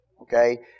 Okay